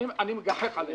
אני מגחך עליהם.